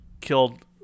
killed